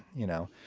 you know,